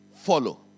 follow